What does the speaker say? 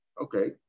Okay